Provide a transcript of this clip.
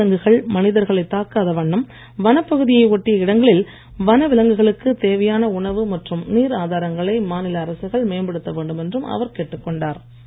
வனவிலங்குகள் மனிதர்களை தாக்காத வண்ணம் வனப் பகுதியை ஒட்டிய இடங்களில் வன விலங்குகளுக்கு தேவையான உணவு மற்றும் நீர் ஆதாரங்களை மாநில அரசுகள் மேம்படுத்த வேண்டும் என்றும் அவர் கேட்டுக் கொண்டார்